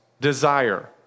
desire